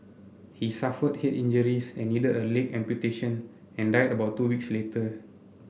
he suffered head injuries and needed a leg amputation and died about two weeks later